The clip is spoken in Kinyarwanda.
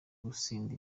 gutsinda